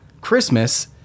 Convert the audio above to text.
Christmas